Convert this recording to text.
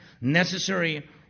necessary